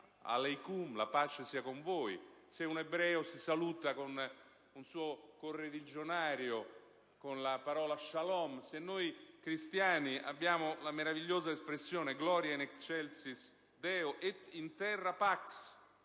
aleikum*, la pace sia con voi, se un ebreo si saluta con un suo correligionario con la parola *shalom*, se noi cristiani abbiamo la meravigliosa espressione «*Gloria in excelsis deo et in terra pax